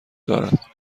دارد